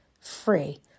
free